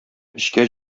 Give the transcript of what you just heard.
эчкә